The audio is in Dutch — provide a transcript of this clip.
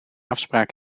afspraak